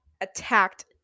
attacked